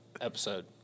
episode